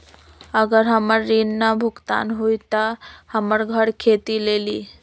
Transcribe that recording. अगर हमर ऋण न भुगतान हुई त हमर घर खेती लेली?